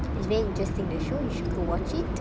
it's been interesting the show you should go watch it